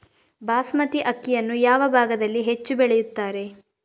ಬಾಸ್ಮತಿ ಅಕ್ಕಿಯನ್ನು ಯಾವ ಭಾಗದಲ್ಲಿ ಹೆಚ್ಚು ಬೆಳೆಯುತ್ತಾರೆ?